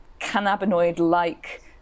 cannabinoid-like